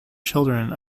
children